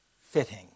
fitting